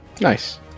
Nice